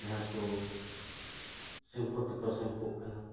ᱡᱟᱦᱟᱸ ᱠᱚ ᱥᱮᱢᱯᱷᱩ ᱛᱮᱠᱚ ᱥᱮᱢᱯᱩᱜ ᱠᱟᱱᱟ